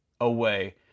away